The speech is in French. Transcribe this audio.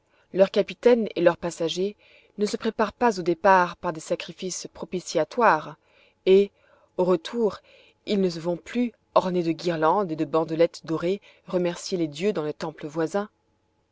leurs capitaines et leurs passagers ne se préparent pas au départ par des sacrifices propitiatoires et au retour ils ne vont plus ornés de guirlandes et de bandelettes dorées remercier les dieux dans le temple voisin